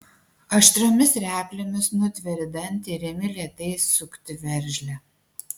aštriomis replėmis nutveri dantį ir imi lėtai sukti veržlę